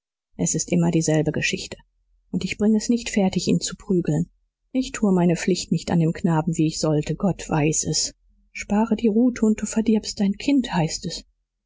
es ist immer dieselbe geschichte und ich bringe es nicht fertig ihn zu prügeln ich tue meine pflicht nicht an dem knaben wie ich sollte gott weiß es spare die rute und du verdirbst dein kind heißt es